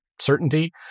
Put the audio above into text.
certainty